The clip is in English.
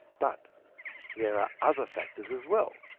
but there are other factors as well.